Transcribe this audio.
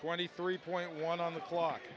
twenty three point one on the clock